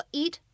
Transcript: eat